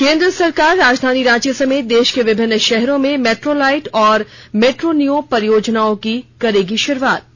केंद्र सरकार राजधानी रांची समेत देश के विभिन्न शहरों में मेट्रोलाइट और मेट्रोनिओ परियोजनाओं की शुरुआत करेगी